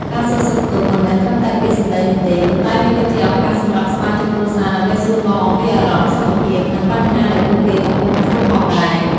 ការសួរសុខទុក្ខមិនមែនត្រឹមតែពាក្យសម្ដីនោះទេ ប៉ុន្តែវាក៏ជាឱកាសសម្រាប់សមាជិកគ្រួសារដើម្បីសួរនាំអំពីអារម្មណ៍ សុខភាព និងបញ្ហាដែលពួកគេកំពុងជួបផងដែរ។